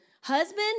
husband